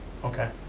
okay.